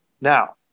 Now